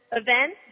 event